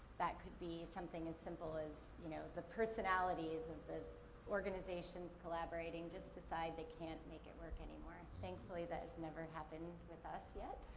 that could be something as simple as, you know, the personalities of the organizations collaborating, just decide that they can't make it work anymore. thankfully, that's never happened with us, yet.